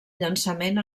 llançament